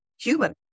human